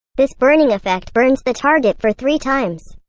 this burning effect burns the target for three times.